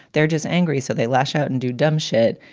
they're just angry so they lash out and do dumb shit.